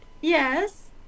Yes